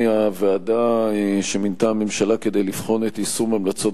הוועדה שמינתה הממשלה כדי לבחון את יישום המלצות